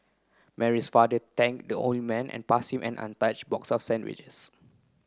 Mary's father thanked the old man and pass him an untouched box of sandwiches